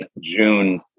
June